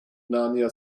narnia